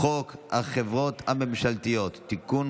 חוק החברות הממשלתיות (תיקון,